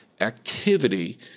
activity